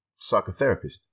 psychotherapist